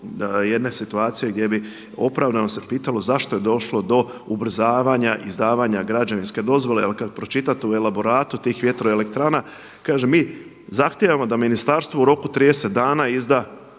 jedne situacije gdje bi opravdano se pitalo zašto je došlo do ubrzavanja izdavanja građevinske dozvole. Ali kad pročitate u elaboratu tih vjetroelektrana kaže: „Mi zahtijevamo da ministarstvo u roku 30 dana izda